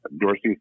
Dorsey